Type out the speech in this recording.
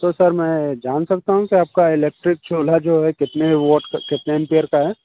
तो सर मैं जान सकता हूँ कि आपका इलेक्ट्रिक चूल्हा जो है कितने वॉट का कितने एम्पियर का है